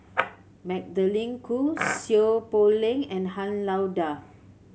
Magdalene Khoo Seow Poh Leng and Han Lao Da